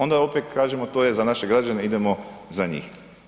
Onda opet kažemo to je za naše građane idemo za njih.